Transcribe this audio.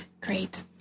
Great